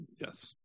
Yes